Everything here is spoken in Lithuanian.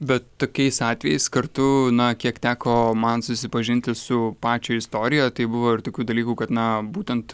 bet tokiais atvejais kartu na kiek teko man susipažinti su pačio istorija tai buvo ir tokių dalykų kad na būtent